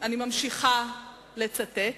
אני ממשיכה לצטט,